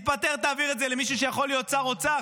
תתפטר ותעביר את זה למישהו שיכול להיות שר אוצר.